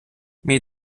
мій